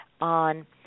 on